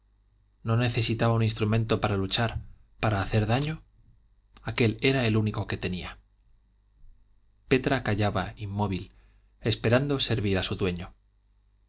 no necesitaba un instrumento para luchar para hacer daño aquel era el único que tenía petra callaba inmóvil esperando servir a su dueño